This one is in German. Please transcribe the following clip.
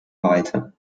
weite